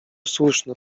słuszne